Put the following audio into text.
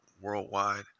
worldwide